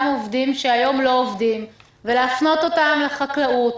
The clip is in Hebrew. עובדים שהיום לא עובדים ולהפנות אותם לחקלאות,